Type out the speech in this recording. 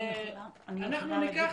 אני יכולה להגיד